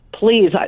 Please